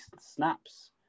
snaps